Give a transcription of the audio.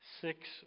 Six